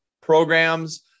programs